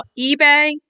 eBay